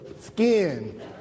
skin